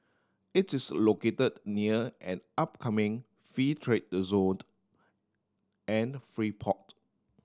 it is located near an upcoming free trade zone and free port